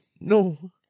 No